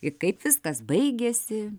ir kaip viskas baigėsi